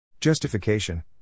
Justification